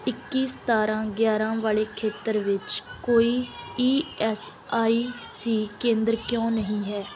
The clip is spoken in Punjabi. ਇੱਕੀ ਸਤਾਰਾਂ ਗਿਆਰਾਂ ਵਾਲੇ ਖੇਤਰ ਵਿੱਚ ਕੋਈ ਈ ਐੱਸ ਆਈ ਸੀ ਕੇਂਦਰ ਕਿਉਂ ਨਹੀਂ ਹੈ